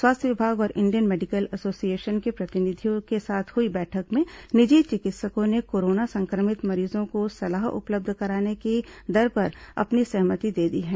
स्वास्थ्य विभाग और इंडियन मेडिकल एसोसिएशन के प्रतिनिधियों के साथ हुई बैठक में निजी चिकित्सकों ने कोरोना संक्रमित मरीजों को सलाह उपलब्ध कराने की दर पर अपनी सहमति दे दी है